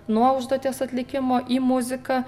nuo užduoties atlikimo į muziką